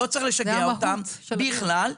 לא צריך לשגע אותם בכלל.